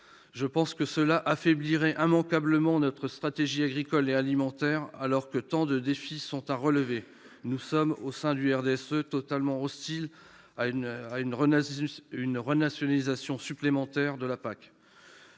Je pense qu'elle affaiblirait immanquablement notre stratégie agricole et alimentaire, alors que tant de défis sont à relever. Au sein du groupe du RDSE, nous sommes totalement hostiles à une renationalisation supplémentaire de la PAC.